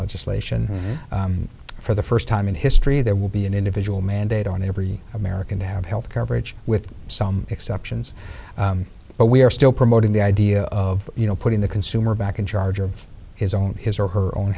legislation for the first time in history there will be an individual mandate on every american to have health coverage with some exceptions but we are still promoting the idea of you know putting the consumer back in charge of his own his or her own